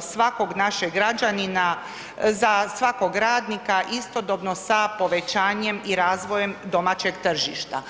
svakog našeg građanina, za svakog radnika istodobno sa povećanjem i razvojem domaćeg tržišta.